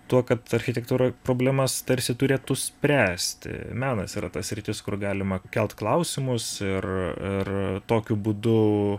tuo kad architektūroje problemas tarsi turėtų spręsti menas yra ta sritis kur galima kelt klausimus ir ir tokiu būdu